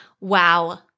Wow